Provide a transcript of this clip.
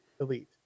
elite